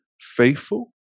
Faithful